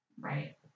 right